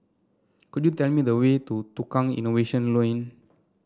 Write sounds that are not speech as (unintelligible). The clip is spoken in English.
could you tell me the way to Tukang Innovation (unintelligible)